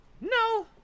No